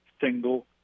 single